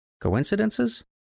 Coincidences